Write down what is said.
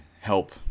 help